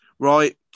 Right